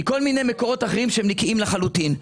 ומכל מיני מקורות אחרים שהם נקיים לחלוטין.